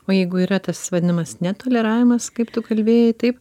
o jeigu yra tas vadinamas netoleravimas kaip tu kalbėjai taip